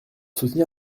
soutenir